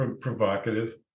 Provocative